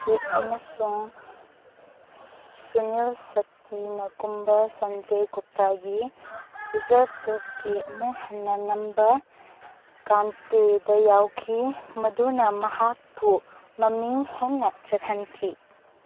ꯗ꯭ꯌꯨꯠ ꯑꯃꯁꯨꯡ ꯁꯨꯅꯤꯜ ꯁꯇꯤꯅ ꯀꯨꯝꯕ ꯁꯟꯖꯦ ꯒꯨꯞꯇꯒꯤ ꯔꯤꯖꯥꯞ ꯗꯣꯛꯀꯤ ꯑꯃꯨꯛ ꯍꯟꯅ ꯅꯝꯕ ꯀꯥꯟꯇꯦꯗ ꯌꯥꯎꯈꯤ ꯃꯗꯨꯅ ꯃꯍꯥꯛꯄꯨ ꯃꯃꯤꯡ ꯍꯦꯟꯅ ꯆꯠꯍꯟꯈꯤ